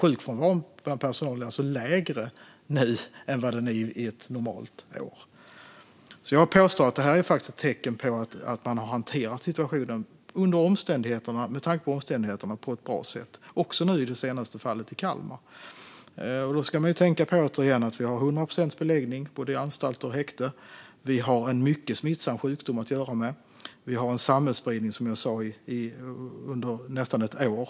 Sjukfrånvaron bland personalen är alltså lägre nu än vad den är ett normalt år. Jag påstår alltså att detta faktiskt är ett tecken på att man med tanke på omständigheterna har hanterat situationen på ett bra sätt, också nu i fråga om det senaste fallet i Kalmar. Då ska man återigen tänka på att vi har hundra procents beläggning i både anstalter och häkten. Vi har att göra med en mycket smittsam sjukdom. Vi har, som jag sa, haft en samhällsspridning under nästan ett år.